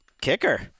Kicker